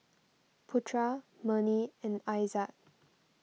Putra Murni and Aizat